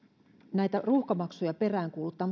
näitä ruuhkamaksuja peräänkuuluttaa